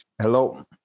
Hello